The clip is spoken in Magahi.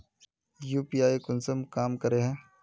यु.पी.आई कुंसम काम करे है?